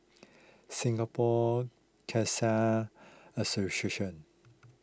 Singapore Khalsa Association